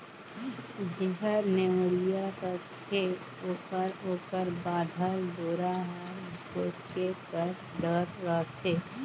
जेहर नेवरिया रहथे ओकर ओकर बाधल डोरा हर भोसके कर डर रहथे